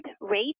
rate